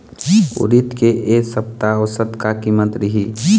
उरीद के ए सप्ता औसत का कीमत रिही?